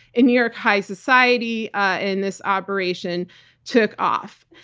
in new york high society and this operation took off.